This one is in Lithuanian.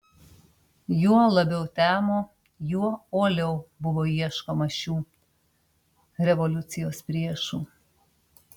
juo labiau temo juo uoliau buvo ieškoma šių revoliucijos priešų